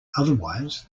otherwise